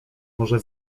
może